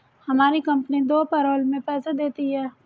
हमारी कंपनी दो पैरोल में पैसे देती है